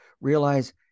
realize